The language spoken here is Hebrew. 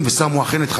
קצת נסחפנו.